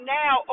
now